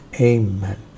Amen